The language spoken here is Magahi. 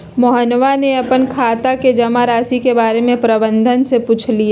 मोहनवा ने अपन खाता के जमा राशि के बारें में प्रबंधक से पूछलय